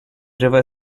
river